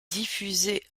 diffusée